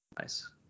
nice